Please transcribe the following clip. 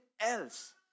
else